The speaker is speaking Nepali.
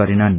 गरेनन्